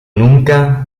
nunca